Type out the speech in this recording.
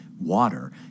water